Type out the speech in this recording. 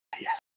Yes